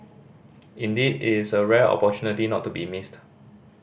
indeed it is a rare opportunity not to be missed